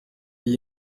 yaba